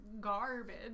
garbage